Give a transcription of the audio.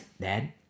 dad